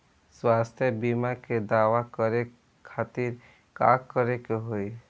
स्वास्थ्य बीमा के दावा करे के खातिर का करे के होई?